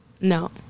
no